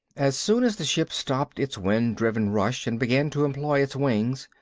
as soon as the ship stopped its wind-driven rush and began to employ its wings,